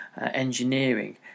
engineering